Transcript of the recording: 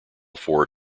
four